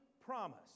promise